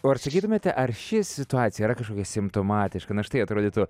o ar sakytumėte ar ši situacija yra kažkokia simptomatiška na štai atrodytų